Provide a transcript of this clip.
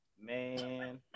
Man